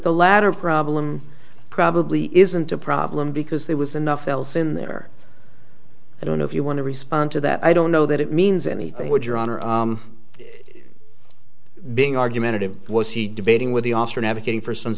the latter problem probably isn't a problem because there was enough else in there i don't know if you want to respond to that i don't know that it means anything would your honor of being argumentative was he debating with the officer in advocating for son's